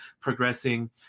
progressing